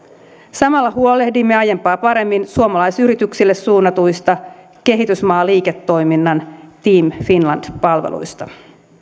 samalla huolehdimme aiempaa paremmin suomalaisyrityksille suunnatuista kehitysmaaliiketoiminnan team finland palveluista